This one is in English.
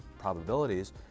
probabilities